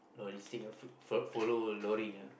logistic ah fo~ follow lorry ah